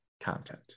content